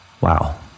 Wow